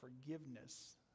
forgiveness